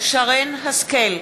שרן השכל,